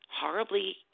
horribly